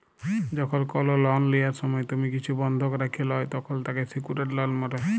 যখল কল লন লিয়ার সময় তুমি কিছু বনধক রাখে ল্যয় তখল তাকে স্যিক্যুরড লন বলে